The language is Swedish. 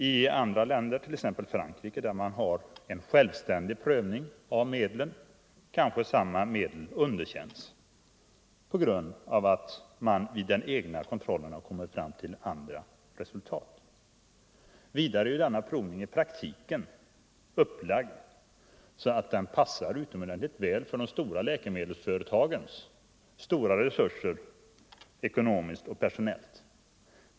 I andra länder, t.ex. Frankrike, där man har en självständig prövning av medlen, kanske samma medel underkänns på grund av att man vid den egna kontrollen har kommit fram till andra resultat. Vidare är denna prövning i praktiken upplagd så att den passar utomordentligt väl för de stora läkemedelsföretagens resurser ekonomiskt och personellt.